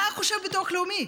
מה חושב הביטוח הלאומי,